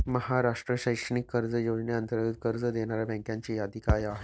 महाराष्ट्र शैक्षणिक कर्ज योजनेअंतर्गत कर्ज देणाऱ्या बँकांची यादी काय आहे?